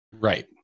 right